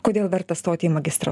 kodėl verta stoti į magistro